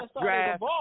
draft